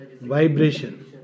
Vibration